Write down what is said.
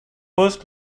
first